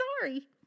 Sorry